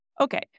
Okay